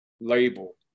label